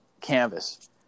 canvas